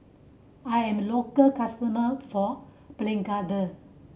I'm a local customer for